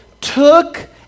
took